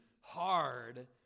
hard